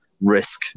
risk